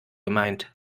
gemeint